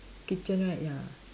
kitchen right ya